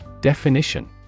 Definition